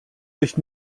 sich